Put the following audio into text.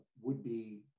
would-be